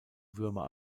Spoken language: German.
würmer